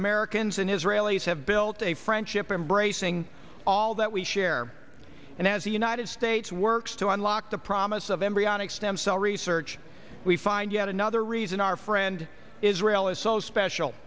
americans and israelis have built a friendship embracing all that we share and as the united states works to unlock the promise of embryonic stem cell research we find yet another reason our friend israel is so special